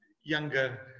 younger